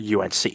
UNC